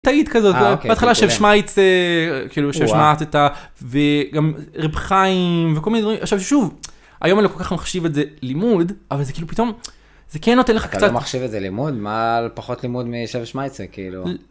תאית כזאת, נו, ההתחלה של שמייצע - כאילו ששמעת אתה וגם רבך חיים וכל מיני דברים עכשיו שוב היום אני לא כל כך מחשיב את זה לימוד אבל זה כאילו פתאום. זה כן נותן לך קצת - אתה לא מחשיב את זה לימוד מה פחות לימוד מאשר שמייצע כאילו.